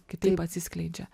kitaip atsiskleidžia